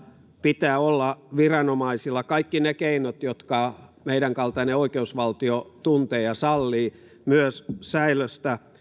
pitää olla viranomaisilla kaikki ne keinot jotka meidän kaltainen oikeusvaltio tuntee ja sallii myös säilöstä